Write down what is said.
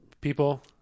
people